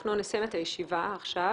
אנחנו נאלצת את לסיים את הישיבה עכשיו.